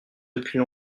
depuis